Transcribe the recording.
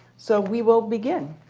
so we will begin.